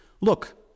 look